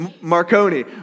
Marconi